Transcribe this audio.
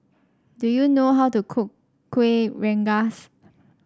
do you know how to cook Kueh Rengas